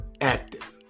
active